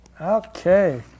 Okay